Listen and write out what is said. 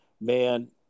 man